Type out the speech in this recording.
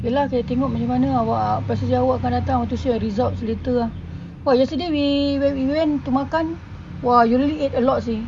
ya lah kena tengok macam mana awak prestasi awak akan datang to see your results later ah what yesterday we when we went to makan !wah! you really eat a lot seh